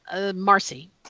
Marcy